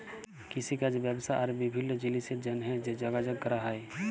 কিষিকাজ ব্যবসা আর বিভিল্ল্য জিলিসের জ্যনহে যে যগাযগ ক্যরা হ্যয়